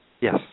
Yes